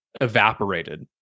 evaporated